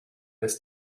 this